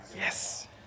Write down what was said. Yes